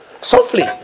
softly